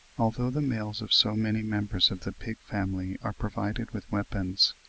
although the males of so many members of the pig family are provided with weapons,